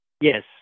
yes